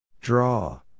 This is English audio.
Draw